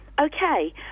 okay